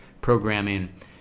programming